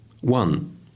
One